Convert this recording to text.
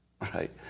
right